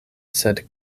sed